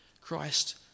Christ